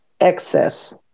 excess